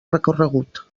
recorregut